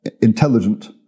intelligent